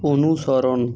অনুসরণ